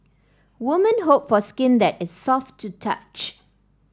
women hope for skin that is soft to touch